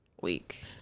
week